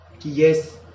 yes